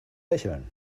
lächeln